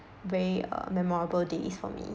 very uh memorable days for me